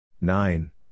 Nine